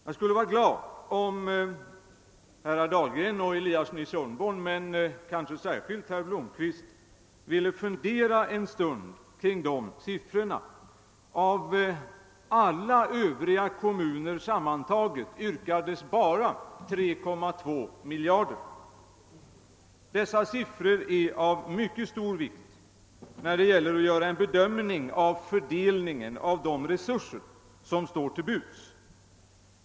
Jag skulle vara glad om herrar Dahlgren och Eliasson i Sundborn, och kanske särskilt herr Blomkvist, ville fundera en stund över dessa siffror. Av alla andra kommuner tillsammans yrkades bara på 3,2 miljarder. De här siffrorna är av mycket stor vikt när det gäller att bedöma fördelningen av de resurser som står till buds.